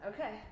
Okay